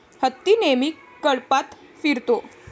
हत्ती नेहमी कळपात फिरतो